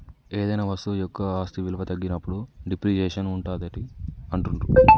ఏదైనా వస్తువు యొక్క ఆస్తి విలువ తగ్గినప్పుడు డిప్రిసియేషన్ ఉంటాదని అంటుండ్రు